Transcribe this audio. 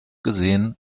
gesehen